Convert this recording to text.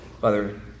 Father